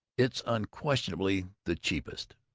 it's unquestionably the cheapest.